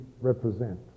represent